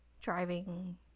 driving